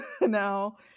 now